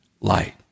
light